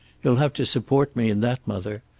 you'll have to support me in that, mother.